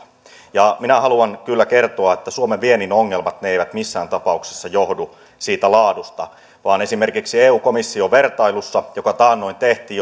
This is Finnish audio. minä haluan kyllä kertoa että suomen viennin ongelmat eivät missään tapauksessa johdu siitä laadusta vaan esimerkiksi eu komission vertailussa joka taannoin tehtiin